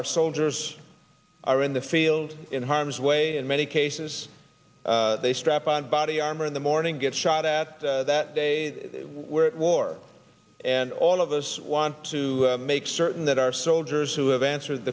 our soldiers are in the field in harm's way in many cases they strap on body armor in the morning get shot at that they were at war and all of us want to make certain that our soldiers who have answered